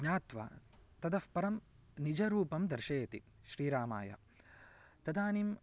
ज्ञात्वा ततःपरं निजरूपं दर्शयति श्रीरामाय तदानीं